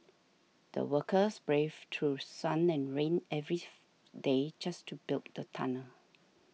the workers braved through sun and rain every day just to build the tunnel